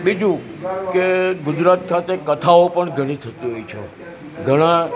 બીજું કે ગુજરાત ખાતે કથાઓ પણ ઘણી થતી હોય છે ઘણાં